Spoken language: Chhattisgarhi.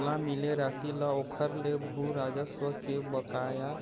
ओला मिले रासि ल ओखर ले भू राजस्व के बकाया